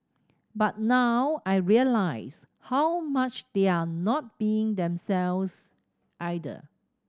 but now I realise how much they're not being themselves either